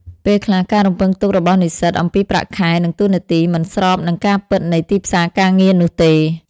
ពេលខ្លះការរំពឹងទុករបស់និស្សិតអំពីប្រាក់ខែ និងតួនាទី មិនស្របនឹងការពិតនៃទីផ្សារការងារនោះទេ។